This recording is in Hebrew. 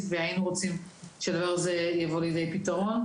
והיינו רוצים שהדבר הזה יבוא לידי פתרון.